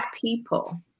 people